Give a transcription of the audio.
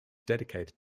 dedicated